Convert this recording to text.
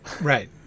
Right